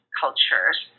cultures